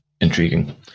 Intriguing